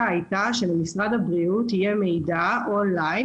הייתה שלמשרד הבריאות יהיה מידע אונליין,